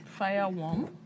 Fireworm